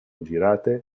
girate